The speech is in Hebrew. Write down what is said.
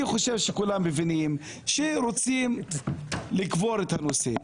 אני חושב שכולם מבינים שרוצים לקבור את הנושא,